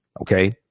okay